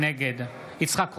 נגד יצחק קרויזר,